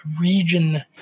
region